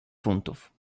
funtów